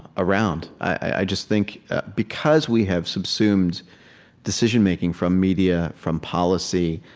around. i just think because we have subsumed decision-making from media, from policy,